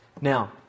Now